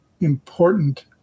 important